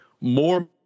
more